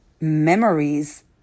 memories